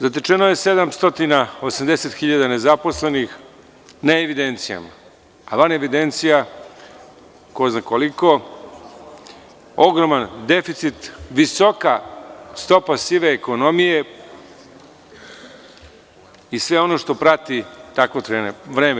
Zatečeno je 780 hiljada nezaposlenih na evidencijama, a van evidencija ko zna koliko, ogroman deficit, visoka stopa sive ekonomije i sve ono što prati takvo vreme.